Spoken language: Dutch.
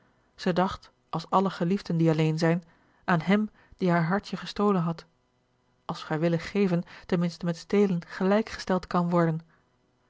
zij dacht als alle geliefden die alleen zijn aan hem die haar hartje gestolen had als vrijwillig geven ten minste met stelen gelijk gesteld kan worden